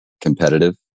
competitive